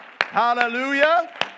hallelujah